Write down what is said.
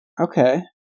Okay